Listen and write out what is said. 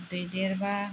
दै देरब्ला